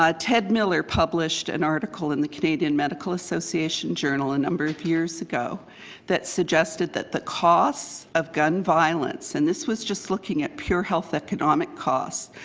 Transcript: ah ted miller published an article in the canadian medical association journal a number of years ago that suggested that the costs of gun violence and this was just looking at pure health economic costs,